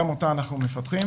גם אותה אנחנו מפתחים,